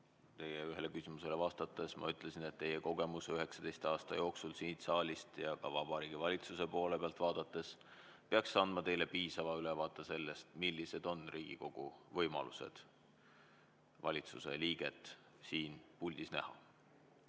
ühele teie küsimusele vastates ma ütlesin, et teie kogemus 19 aasta jooksul siit saalist ja ka Vabariigi Valitsuse poole pealt vaadates peaks andma teile piisava ülevaate sellest, millised on Riigikogu võimalused valitsuse liiget siin puldis näha. Tarmo